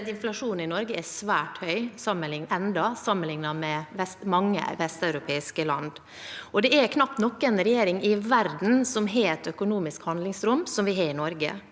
Inflasjonen i Norge er ennå svært høy sammenliknet med mange vesteuropeiske land, og det er knapt noen regjering i verden som har et økonomisk handlingsrom slik vi har i Norge.